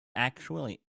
actually